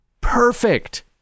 perfect